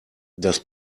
das